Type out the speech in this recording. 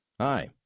Hi